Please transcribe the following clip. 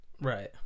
right